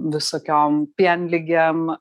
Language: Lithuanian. visokiom pienligėm